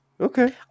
Okay